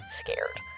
scared